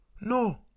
No